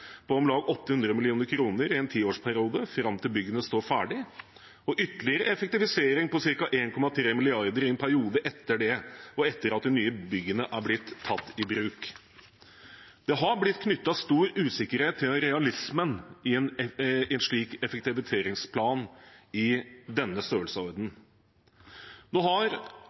på om lag 800 mill. kr i en tiårsperiode fram til byggene står ferdig, og ytterligere effektivisering på ca. 1,3 mrd. kr i en periode etter det og etter at de nye byggene er blitt tatt i bruk. Det har blitt knyttet stor usikkerhet til realismen i en slik effektiviseringsplan i denne størrelsesordenen. Nå har